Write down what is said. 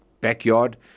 backyard